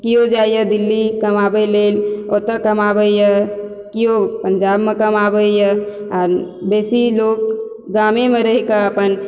केओ जाइया दिल्ली कमाबै लेल ओतऽ कमाबैया केओ पंजाबमे कमाबैया आ बेसी लोक गामेमे रही कऽ अपन